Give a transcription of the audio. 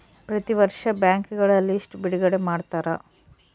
ಪ್ರತಿ ವರ್ಷ ಬ್ಯಾಂಕ್ಗಳ ಲಿಸ್ಟ್ ಬಿಡುಗಡೆ ಮಾಡ್ತಾರ